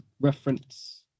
reference